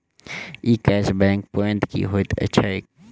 ई cash back point की होइत छैक?